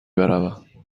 بروم